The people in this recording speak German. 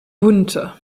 bunte